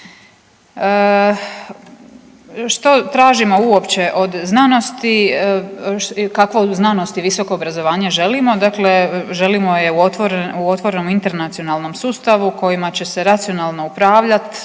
Što tražimo uopće od znanosti, kakvo znanost i visoko obrazovanje želimo? Dakle, želimo je u otvorenom internacionalnom sustavu kojima će se racionalno upravljati